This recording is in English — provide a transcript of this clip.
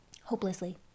hopelessly